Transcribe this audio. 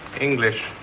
English